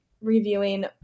reviewing